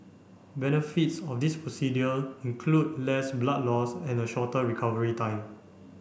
benefits of this procedure include less blood loss and a shorter recovery time